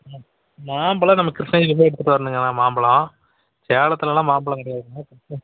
ம் மாம்பழம் நம்ம கிருஷ்ணகிரி போய் எடுத்துகிட்டு வரணுங்கண்ணா மாம்பழம் சேலத்திலெல்லாம் மாம்பழம் கிடையாதுங்கண்ணா கிருஷ்ண